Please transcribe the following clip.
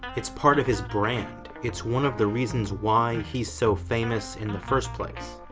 it's part of his brand. it's one of the reasons why he's so famous in the first place,